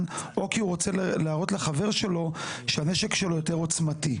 או כי הוא רוצה להראות לחבר שלו שהנשק שלו יותר עוצמתי.